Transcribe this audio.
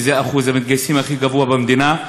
שזה אחוז המתגייסים הכי גבוה במדינה,